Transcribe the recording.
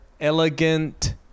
Elegant